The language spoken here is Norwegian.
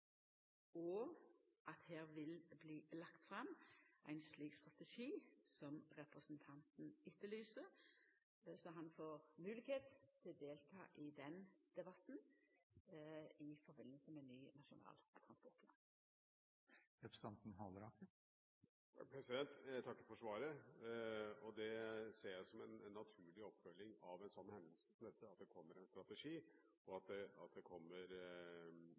og at det vil bli lagt fram ein slik strategi som representanten etterlyser, slik at han får molegheit til å delta i den debatten i samband med ny Nasjonal transportplan. Jeg takker for svaret. Jeg ser det som en naturlig oppfølging av en sånn hendelse at det kommer en slik strategi, og at det kommer i NTP-rulleringen. Det